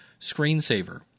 screensaver